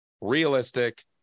realistic